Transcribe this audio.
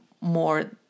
more